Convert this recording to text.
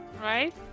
right